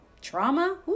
Trauma